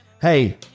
Hey